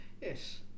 Yes